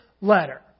letter